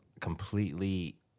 completely